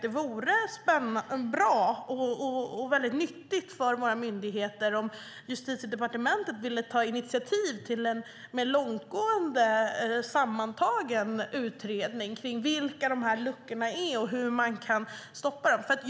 Det vore bra och väldigt nyttigt för våra myndigheter om Justitiedepartementet ville ta initiativ till en mer långtgående, sammantagen utredning om vilka de luckorna är och hur man kan täppa till dem.